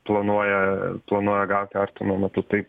planuoja planuoja gauti artimu metu tai